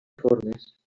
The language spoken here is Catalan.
formes